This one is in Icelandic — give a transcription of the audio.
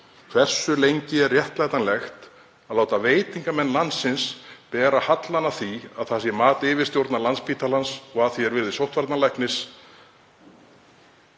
hversu lengi sé réttlætanlegt að láta veitingamenn landsins bera hallann af því að það sé mat yfirstjórnar Landspítalans og að því er virðist sóttvarnalæknis